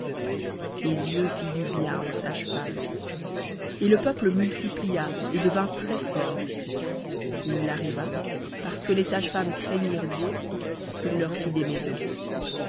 et dieu fit du bien aux sages femmes et le peuple multiplia et devint très-fort et il arriva parce que les sages femmes craignirent dieu qu'il leur fit des maisons